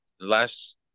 last